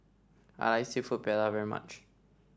I like seafood Paella very much